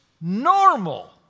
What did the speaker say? normal